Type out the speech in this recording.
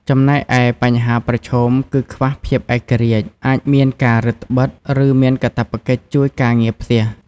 ចំណែកឯបញ្ហាប្រឈមគឺខ្វះភាពឯករាជ្យ អាចមានការរឹតត្បិត ឬមានកាតព្វកិច្ចជួយការងារផ្ទះ។